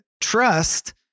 trust